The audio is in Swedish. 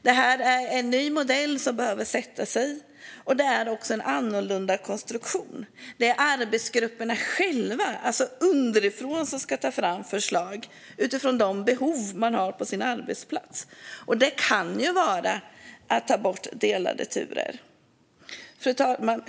Detta är en ny modell som behöver sätta sig, och det är också en annorlunda konstruktion. Det är arbetsgrupperna själva, alltså underifrån, som ska ta fram förslag utifrån de behov som finns på arbetsplatsen. Det kan handla om att ta bort delade turer.